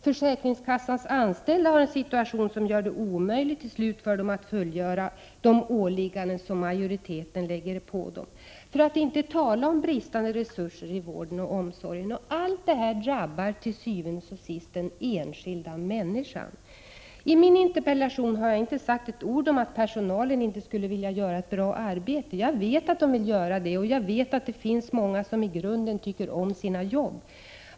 Försäkringskassans anställda har en situation som till slut gör det omöjligt för dem att fullgöra de åligganden som majoriteten lägger på dem — för att inte tala om bristande resurser i vården och omsorgen. Allt detta drabbar till syvende og sidst den enskilda människan. I min interpellation har jag inte sagt ett ord om att personalen inte skulle vilja göra ett bra arbete. Jag vet att den vill göra det, och jag vet att det finns många som i grunden tycker om sina jobb.